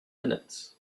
minutes